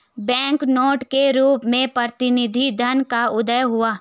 bank नोटों के रूप में प्रतिनिधि धन का उदय हुआ